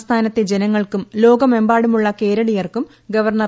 സംസ്ഥാനത്തെ ജനങ്ങൾക്കും ലോകമെമ്പാടുമുള്ള കേരളീയർക്കും ഗവർണർ